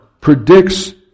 predicts